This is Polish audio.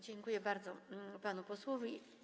Dziękuję bardzo panu posłowi.